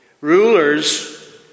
Rulers